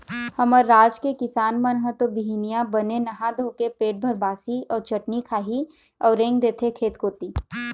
हमर राज के किसान मन ह तो बिहनिया बने नहा धोके पेट भर बासी अउ चटनी खाही अउ रेंग देथे खेत कोती